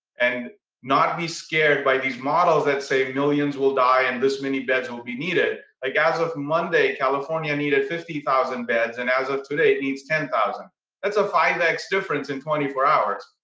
and not be scared by these models that say millions will die and this many beds will be needed. like as of monday, california needed fifty thousand beds and as of today it needs ten thousand. that's a five x difference in twenty four hours.